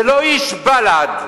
זה לא איש בל"ד,